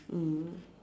mm